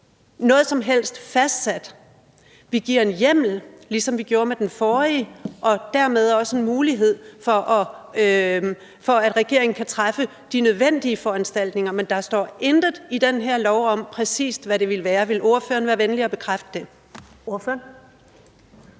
noget som helst fastsat? Vi giver en hjemmel, ligesom vi gjorde med det forrige, og dermed også en mulighed for, at regeringen kan træffe de nødvendige foranstaltninger. Men der står intet i den her lov om, præcis hvad det ville være. Vil ordføreren være venlig at bekræfte det?